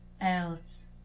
else